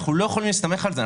אנחנו לא יכולים להסתמך על זה.